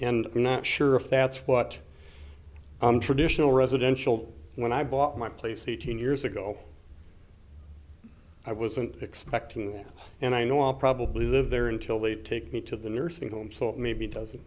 and i'm not sure if that's what i'm traditional residential when i bought my place eighteen years ago i was an expecting and i know i'll probably live there until they take me to the nursing home so it may be doesn't